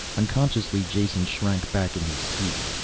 unconsciously jason shrank back in his seat.